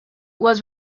was